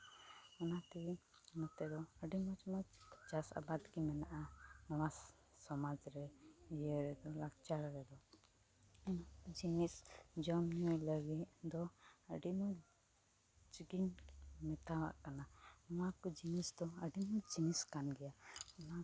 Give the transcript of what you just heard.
ᱚᱱᱟᱛᱮ ᱱᱚᱛᱮ ᱫᱚ ᱟᱹᱰᱤ ᱢᱚᱡᱽ ᱢᱚᱡᱽ ᱪᱟᱥᱼᱟᱵᱟᱫ ᱜᱮ ᱢᱮᱱᱟᱜᱼᱟ ᱚᱱᱟ ᱥᱚᱢᱟᱡᱽ ᱨᱮ ᱤᱭᱟᱹ ᱞᱟᱠᱪᱟᱨ ᱡᱤᱱᱤᱥ ᱡᱚᱢᱼᱧᱩᱭ ᱞᱟᱹᱜᱤᱫ ᱫᱚ ᱟᱹᱰᱤ ᱢᱚᱡᱽ ᱜᱤᱧ ᱢᱮᱛᱟᱣᱟᱜ ᱠᱟᱱᱟ ᱱᱚᱣᱟ ᱠᱚ ᱡᱤᱱᱤᱥ ᱫᱚ ᱟᱹᱰᱤ ᱢᱚᱡᱽ ᱡᱤᱱᱤᱥ ᱠᱟᱱ ᱜᱮᱭᱟ